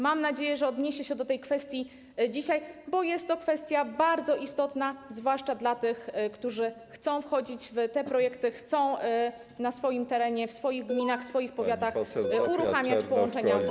Mam nadzieję, że odniesie się do tej kwestii dzisiaj, bo jest to kwestia bardzo istotna, zwłaszcza dla tych, którzy chcą wchodzić w te projekty, chcą na swoim terenie, w swoich gminach, w swoich powiatach uruchamiać połączenia autobusowe.